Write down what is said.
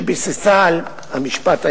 שביססה על המשפט העברי.